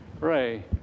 Ray